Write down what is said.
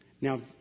Now